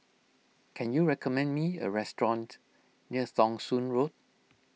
can you recommend me a restaurant near Thong Soon Road